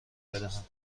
بدهم